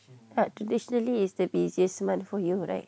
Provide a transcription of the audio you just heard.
but traditionally it's the busiest month for you right